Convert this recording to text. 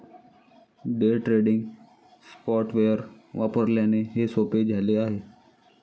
day trading software वापरल्याने हे सोपे झाले आहे